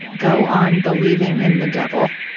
go on believing in the devil,